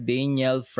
Daniel